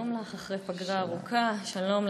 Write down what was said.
שלום לך, אחרי פגרה ארוכה, שלום.